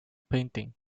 painting